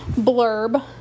blurb